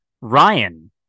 ryan